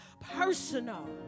personal